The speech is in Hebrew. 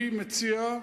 אני מציע,